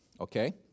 okay